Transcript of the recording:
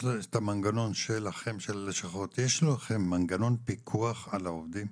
של הלשכות, יש לכם מנגנון פיקוח על העובדים?